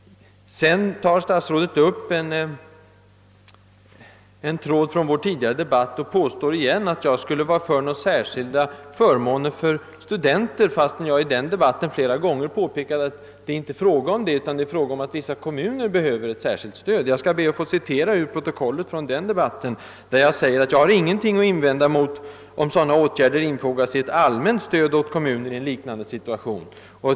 Sedan tog statsrådet upp en tråd från vår tidigare debatt och påstod på nytt att jag skulle vara anhängare av särskilda förmåner för studenter, fastän jag i den debatten flera gånger påpekade att det inte är fråga om detta utan om att vissa kommuner behöver ett särskilt stöd. Jag ber att få anföra några rader ur protokollet från den debatten. Jag sade att jag hade »ingenting att invända om dessa åtgärder infogas i ett allmänt stöd åt kommuner i en liknande situation».